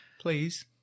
please